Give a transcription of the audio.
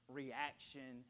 reaction